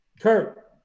Kurt